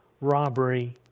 Robbery